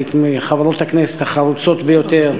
היית מחברות הכנסת החרוצות ביותר,